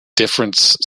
difference